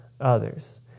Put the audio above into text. others